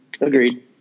Agreed